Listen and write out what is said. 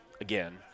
again